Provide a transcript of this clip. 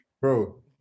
bro